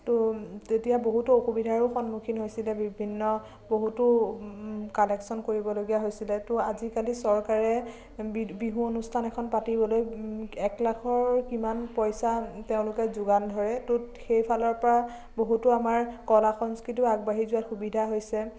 ত তেতিয়া বহুতো অসুবিধাৰো সন্মুখীন হ'বলগীয়া হৈছিলে বিভিন্ন বহুতো ত কালেকচন কৰিবলগীয়া হৈছিলে ত আজিকালি চৰকাৰে বিহু অনুষ্ঠান এখন পাতিবলৈ এক লাখৰ কিমান পইচা তেওঁলোকে যোগান ধৰে ত সেইফালৰ পৰা বহুতো আমাৰ কলা সংস্কৃতিও আগবাঢ়ি যোৱাত সুবিধা হৈছে